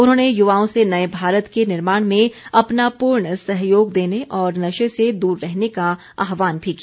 उन्होंने युवाओं से नए भारत के निर्माण में अपना पूर्ण सहयोग देने और नशे से दूर रहने का आहवान भी किया